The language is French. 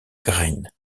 green